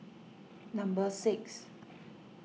number six